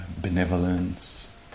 benevolence